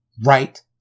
Right